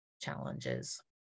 challenges